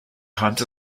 times